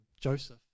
Joseph